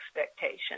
expectation